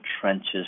trenches